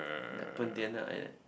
like pontianak like that